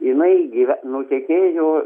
jinai gyve nutekėjo